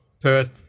Perth